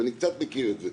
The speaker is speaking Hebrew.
ואני מכיר את זה.